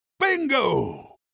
Bingo